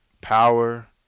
Power